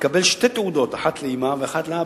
לקבל שתי תעודות, אחת לאמא ואחת לאבא.